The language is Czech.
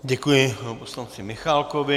Děkuji panu poslanci Michálkovi.